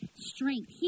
strength